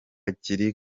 kiri